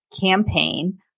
campaign